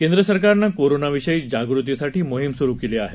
केंद्रसरकारनं कोरोनाविषयी जागृतीसाठी मोहीम सुरु केली आहे